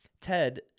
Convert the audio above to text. TED